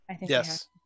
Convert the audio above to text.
Yes